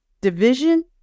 Division